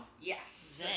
Yes